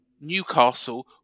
newcastle